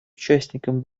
участником